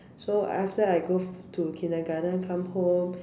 so after I go to Kindergarten come home